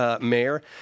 Mayor